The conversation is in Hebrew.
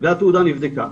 והתעודה נבדקה